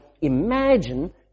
imagine